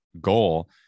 goal